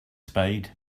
spade